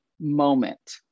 moment